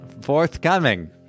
Forthcoming